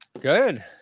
Good